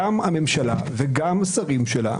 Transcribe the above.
גם הממשלה וגם השרים שלה,